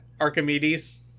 Archimedes